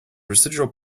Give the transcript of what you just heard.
residual